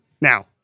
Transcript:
Now